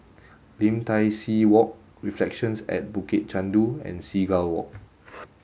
Lim Tai See Walk Reflections at Bukit Chandu and Seagull Walk